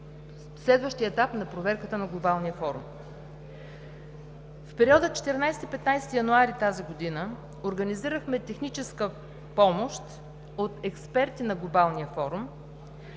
следващия етап на проверката на Глобалния форум. В периода 14 – 15 януари тази година организирахме техническа помощ от експерти на Глобалния форум,